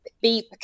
beep